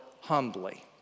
humbly